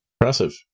Impressive